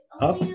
Up